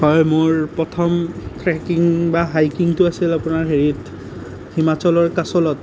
হয় মোৰ প্ৰথম ট্ৰেকিং বা হাইকিংটো আছিল আপোনাৰ হেৰিত হিমাচলৰ কাচলত